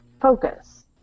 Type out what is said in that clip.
focus